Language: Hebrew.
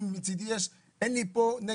אם זה יקרה מצידי,